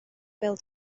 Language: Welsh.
bêl